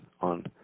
on